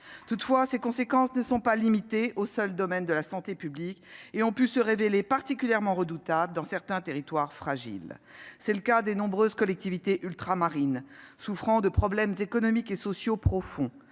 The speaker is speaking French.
Toutefois, ses conséquences ne sont pas limitées au seul domaine de la santé publique. Elles ont pu se révéler particulièrement redoutables dans certains territoires fragiles. C'est le cas des nombreuses collectivités ultramarines, qui souffrent de problèmes économiques et sociaux profonds